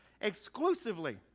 exclusively